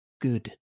Good